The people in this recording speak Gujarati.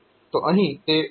તો અહીં તે 12 છે